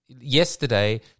yesterday